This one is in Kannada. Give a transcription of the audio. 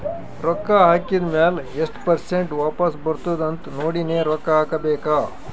ರೊಕ್ಕಾ ಹಾಕಿದ್ ಮ್ಯಾಲ ಎಸ್ಟ್ ಪರ್ಸೆಂಟ್ ವಾಪಸ್ ಬರ್ತುದ್ ಅಂತ್ ನೋಡಿನೇ ರೊಕ್ಕಾ ಹಾಕಬೇಕ